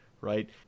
right